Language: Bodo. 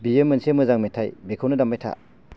बेयो मोनसे मोजां मेथाइ बेखौनो दामबाय था